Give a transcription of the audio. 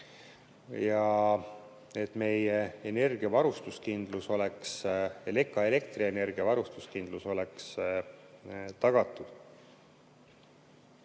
ja et meie energiavarustuskindlus, ka elektrienergia varustuskindlus oleks tagatud.